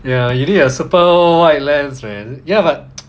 ya you need a super wide lens man ya but